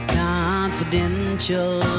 confidential